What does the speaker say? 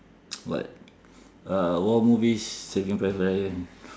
what uh war movies saving private ryan